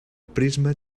prisma